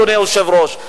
אדוני היושב-ראש.